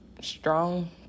strong